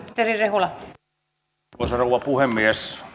arvoisa rouva puhemies